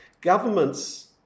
Governments